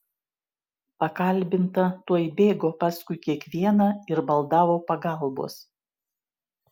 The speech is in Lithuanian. pakalbinta tuoj bėgo paskui kiekvieną ir maldavo pagalbos